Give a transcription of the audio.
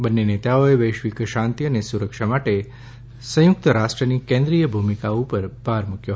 બંને નેતાઓએ વૈશ્વિક શાંતિ અને સુરક્ષા માટે સંયુક્ત રાષ્ટ્રની કેન્દ્રીય ભૂમિકા પર ભાર મૂક્યો